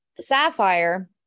Sapphire